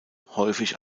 häufig